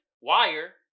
wire